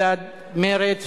כולל הסתייגויות שהתקבלו.